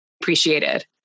appreciated